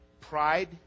Pride